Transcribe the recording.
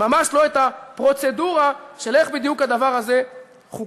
ממש לא את הפרוצדורה של איך בדיוק הדבר הזה חוקק.